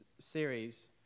series